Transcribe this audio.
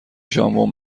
ژامبون